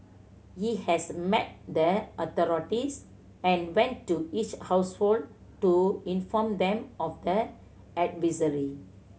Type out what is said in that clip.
he has met the authorities and went to each household to inform them of the advisory